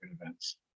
events